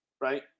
right